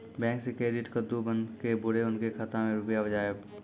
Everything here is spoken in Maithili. बैंक से क्रेडिट कद्दू बन के बुरे उनके खाता मे रुपिया जाएब?